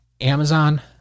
Amazon